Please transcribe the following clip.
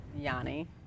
Yanni